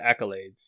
accolades